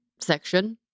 section